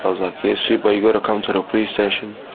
i was, like, yes sure. but you've got to come to the police station.